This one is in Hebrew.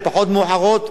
ופחות מאוחרות,